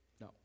no